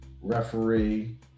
referee